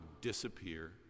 disappear